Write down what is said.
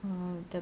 um the